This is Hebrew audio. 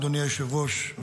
אדוני היושב-ראש,